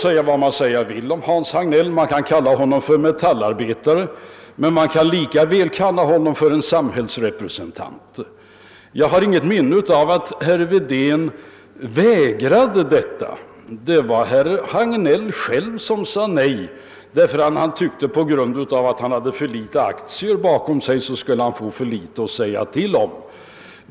Säga vad man vill om Hans Hagnell — man kan kalla honom för, metallarbetare, men man kan lika väl kalla honom för en samhällsrepresentant — har jag inget minne av att herr Wedén vägrade att låta herr Hagnell bli representant. Det var herr Hagnell själv som sade nej, därför att han tyck te, att han på grund av att han hade för litet aktier skulle få för litet att säga till om.